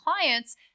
clients